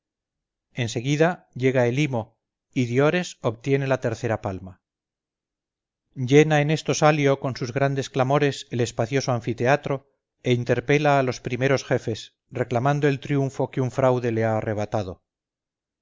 seguida llega helimo y diores obtiene la tercera palma llena en esto salio con sus grandes clamores el espacioso anfiteatro e interpela a los primeros jefes reclamando el triunfo que un fraude le ha arrebatado